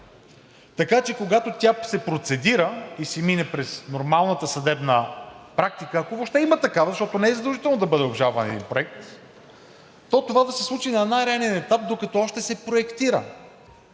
така че когато тя се процедира и мине през нормалната съдебна практика, ако въобще има такава, защото не е задължително да бъде обжалван един проект, то това да се случи на най-ранен етап, докато още се проектира,